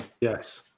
Yes